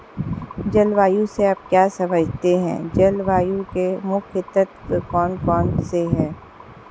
जलवायु से आप क्या समझते हैं जलवायु के मुख्य तत्व कौन कौन से हैं?